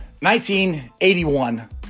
1981